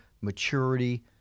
maturity